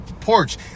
porch